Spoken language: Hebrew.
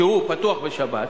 כשהוא פתוח בשבת,